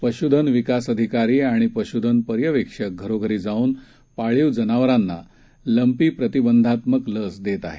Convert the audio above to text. पशुधन विकास अधिकारी आणि पशुधन पर्यवेक्षक घरोघरी जाऊन पाळीव जनावरांना लम्पी प्रतिबंधात्मक लस देत आहेत